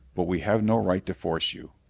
but we have no right to force you.